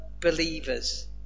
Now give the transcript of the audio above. believers